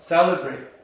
Celebrate